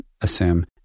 assume